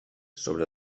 sobre